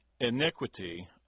iniquity